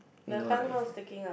the tongue not sticking out